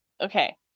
Okay